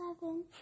seven